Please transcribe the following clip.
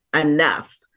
enough